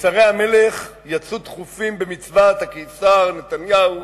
ושרי המלך יצאו דחופים במצוות הקיסר נתניהו,